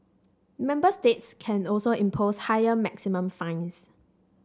member states can also impose higher maximum fines